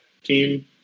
team